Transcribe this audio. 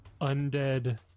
undead